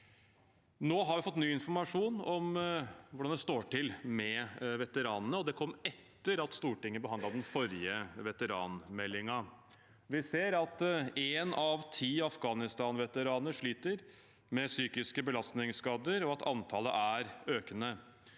Nå har vi fått ny informasjon om hvordan det står til med veteranene, og det kom etter at Stortinget behandlet den forrige veteranmeldingen. Vi ser at én av ti Afghanistan-veteraner sliter med psykiske belastningsskader, og at antallet er økende.